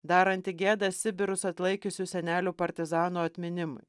daranti gėdą sibirus atlaikiusių senelių partizanų atminimui